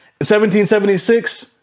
1776